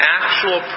actual